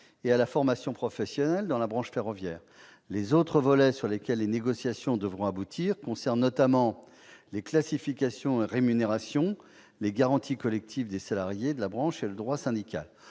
et à la formation professionnelle. Les autres volets sur lesquels la négociation devra aboutir concernent notamment les classifications et rémunérations, les garanties collectives des salariés de la branche et le droit syndical.